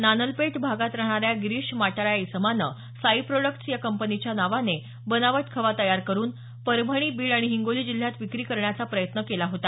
नानलपेठ भागात राहणाऱ्या गिरीष माटरा या इसमानं साई प्रॉडक्ट्स या कंपनीच्या नावाने बनावट खवा तयार करुन परभणी बीड आणि हिंगोली जिल्ह्यात विक्री करण्याचा प्रयत्न केला होता